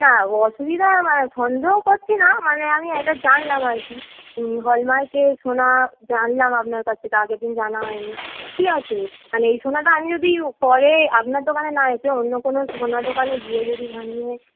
না অসুবিধা সন্দেহ করছি না মানে আমি এটা জানলাম আর কি হলমার্কে সোনা জানলাম আপনার কাছ থেকে আগের দিন জানা হয়নি ঠিক আছে মানে এই সোনাটা আমি যদি পরে আপনার দোকানে না এসে অন্য কোনো সোনার দোকানে গিয়ে যদি ভাঙিয়ে